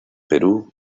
perú